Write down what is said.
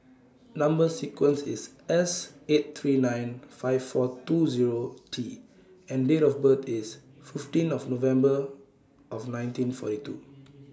Number sequence IS S eight three nine five four two Zero T and Date of birth IS fifteen November nineteen forty two